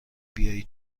بیایی